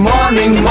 Morning